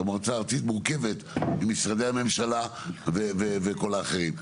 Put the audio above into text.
והמועצה הארצית מורכבת ממשרדי הממשלה וכל האחרים.